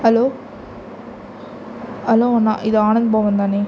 hello hello அண்ணா இது ஆனந்த் பவன் தானே